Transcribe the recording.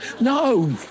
No